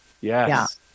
Yes